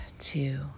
Two